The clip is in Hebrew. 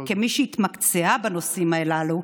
כמי שהתמקצעה בנושאים הללו,